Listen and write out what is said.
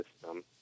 system